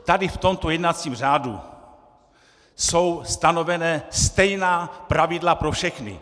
Tady v tomto jednacím řádu jsou stanovena stejná pravidla pro všechny.